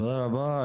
תודה רבה.